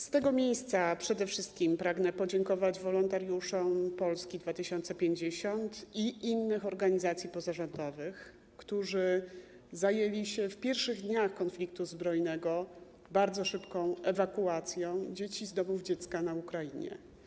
Z tego miejsca przede wszystkim pragnę podziękować wolontariuszom Polski 2050 i innych organizacji pozarządowych, którzy zajęli się w pierwszych dniach konfliktu zbrojnego bardzo szybką ewakuacją dzieci z domów dziecka na Ukrainie.